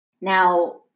Now